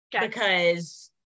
because-